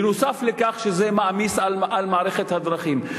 נוסף על כך, זה מעמיס על מערכת הדרכים.